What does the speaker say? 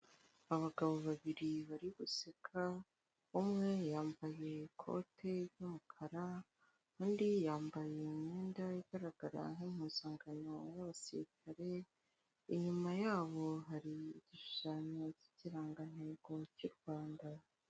Abagabo babiri bari guseka umwe yambaye ikote ry'umukara undi yambaye imyenda igaragara nk'umpuzangano y'abasirikare, inyuma yabo hari igishushanyo cy'irangagantego cy'u Rwanda.